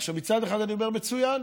עכשיו, מצד אחד אני אומר: מצוין,